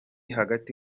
hagati